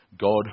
God